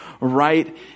right